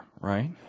right